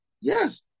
yes